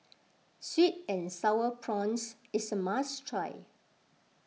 Sweet and Sour Prawns is a must try